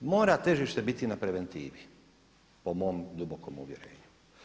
Mora težište biti na preventivi po mom dubokom uvjerenju.